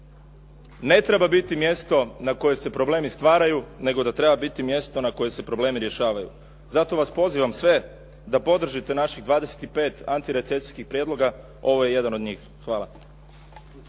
ne treba biti mjesto na kojem se problemi stvaraju nego da treba biti mjesto na kojem se problemi rješavaju. Zato vas pozivam sve da podržite naših 25 antirecijskih prijedloga. Ovo je jedan od njih. Hvala.